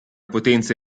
potenza